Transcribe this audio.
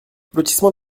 lotissement